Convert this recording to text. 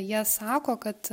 jie sako kad